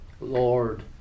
Lord